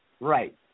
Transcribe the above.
Right